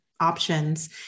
options